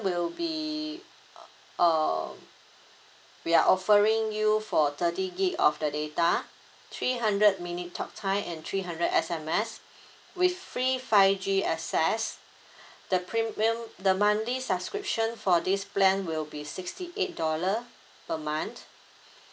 will be uh we are offering you for thirty gig of the data three hundred minute talk time and three hundred S_M_S with free five G access the premium the monthly subscription for this plan will be sixty eight dollar per month